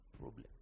problem